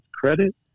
credit